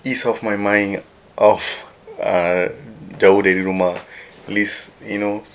ease off my mind off uh jauh dari rumah at least you know